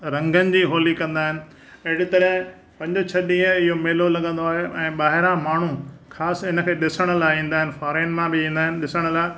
रंगनि जी होली कंदा आहिनि एॾी तरहि पंज छह ॾींहं इहो मेलो लॻंदो आहे ऐं ॿाहिरां माण्हू ख़ासि हिनखे ॾिसण लाइ ईंदा आहिनि फ़ॉरेन मां बि ईंदा आहिनि ॾिसण लाइ